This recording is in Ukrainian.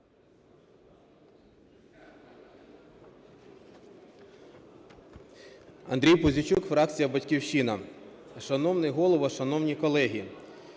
Андрій Пузійчук, фракція "Батьківщина". Шановний Голово, шановні колеги,